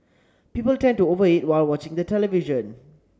people tend to over eat while watching the television